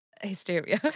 hysteria